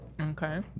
Okay